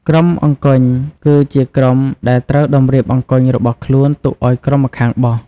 ក្រុមអង្គញ់ គឺជាក្រុមដែលត្រូវតម្រៀបអង្គញ់របស់ខ្លួនទុកឲ្យក្រុមម្ខាងបោះ ។